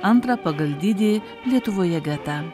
antrą pagal dydį lietuvoje getą